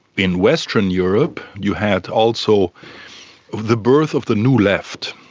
in western europe you had also the birth of the new left,